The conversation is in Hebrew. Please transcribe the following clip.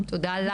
תודה רבה.